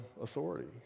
authority